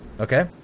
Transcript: Okay